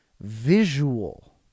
visual